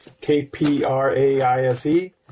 K-P-R-A-I-S-E